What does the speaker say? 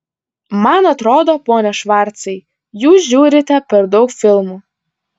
man atrodo pone švarcai jūs žiūrite per daug filmų